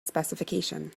specification